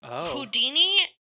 Houdini